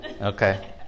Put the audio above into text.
okay